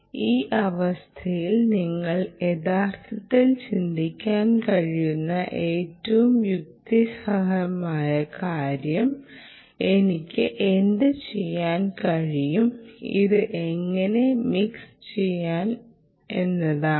ഈ അവസ്ഥയിൽ നിങ്ങൾക്ക് യഥാർത്ഥത്തിൽ ചിന്തിക്കാൻ കഴിയുന്ന ഏറ്റവും യുക്തിസഹമായ കാര്യം എനിക്ക് എന്തുചെയ്യാൻ കഴിയും ഇത് എങ്ങനെ മിക്സ് ചെയ്യാം എന്നതാണ്